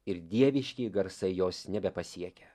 ir dieviški garsai jos nebepasiekia